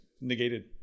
negated